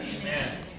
Amen